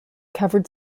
covered